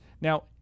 Now